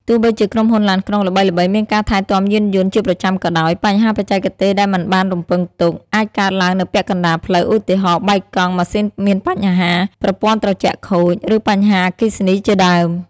ទោះបីជាក្រុមហ៊ុនឡានក្រុងល្បីៗមានការថែទាំយានយន្តជាប្រចាំក៏ដោយ បញ្ហាបច្ចេកទេសដែលមិនបានរំពឹងទុក អាចកើតឡើងនៅពាក់កណ្តាលផ្លូវឧទាហរណ៍ បែកកង់ ម៉ាស៊ីនមានបញ្ហា ប្រព័ន្ធត្រជាក់ខូច ឬបញ្ហាអគ្គិសនីជាដើម។